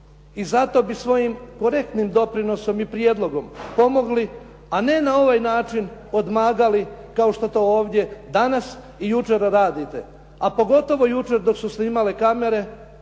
I zato bih svojim korektnim doprinosom i prijedlogom pomogli a ne na ovaj način odmagali kao što to ovdje danas i jučer radite. A pogotovo jučer dok su snimale kamere